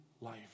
life